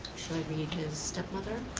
should i read his stepmother?